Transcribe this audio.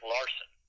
Larson